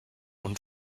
und